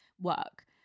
work